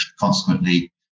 consequently